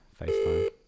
FaceTime